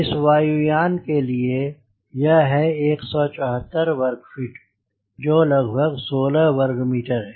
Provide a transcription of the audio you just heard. इस वायु यान के लिए यह है 174 वर्ग फ़ीट जोकि लगभग १६ वर्ग मीटर है